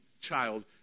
child